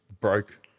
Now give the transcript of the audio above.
broke